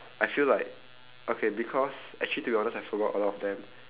I feel like okay because actually to be honest I forgot a lot of them